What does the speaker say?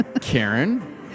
Karen